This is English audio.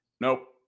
Nope